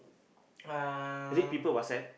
uh